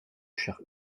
cher